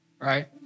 right